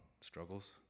struggles